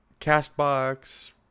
CastBox